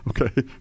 okay